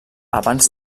abans